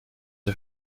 der